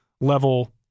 level